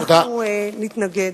אנחנו נתנגד.